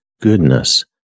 goodness